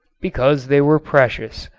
because they were precious,